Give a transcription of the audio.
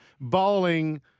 bowling